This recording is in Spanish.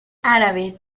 árabe